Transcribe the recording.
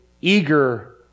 eager